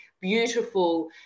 beautiful